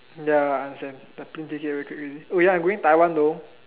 ya understand like plane ticket already already oh ya I going Taiwan though